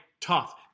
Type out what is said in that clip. tough